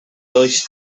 does